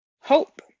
hope